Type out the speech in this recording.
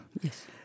yes